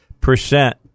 percent